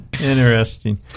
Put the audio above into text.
Interesting